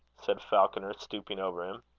said falconer, stooping over him.